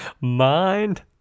mind